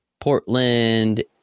Portland